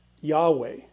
Yahweh